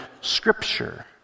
Scripture